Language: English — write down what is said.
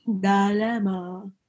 Dilemma